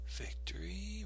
victory